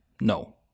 No